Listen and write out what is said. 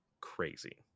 crazy